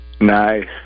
Nice